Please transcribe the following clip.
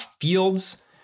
fields